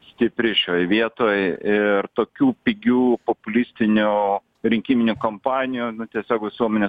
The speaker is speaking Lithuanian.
stipri šioj vietoj ir tokių pigių populistinių rinkiminių kampanijų nu tiesiog visuomenė